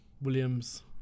Williams